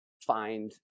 find